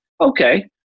Okay